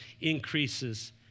increases